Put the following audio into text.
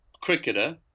cricketer